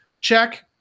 check